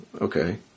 Okay